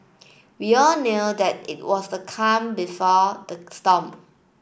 we all knew that it was the calm before the storm